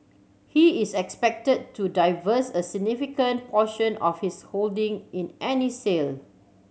he is expected to divest a significant portion of his holding in any sale